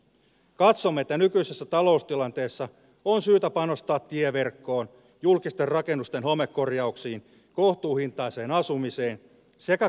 katsomme että nykyisessä taloustilanteessa on syytä panostaa tieverkkoon julkisten rakennusten homekorjauksiin kohtuuhintaiseen asumiseen sekä kasvuyritysten rahoitukseen